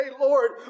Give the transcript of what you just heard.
Lord